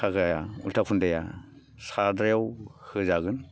खागाया उलथा खुन्दाया सादायाव होजागोन